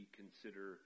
consider